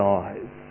eyes